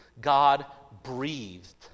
God-breathed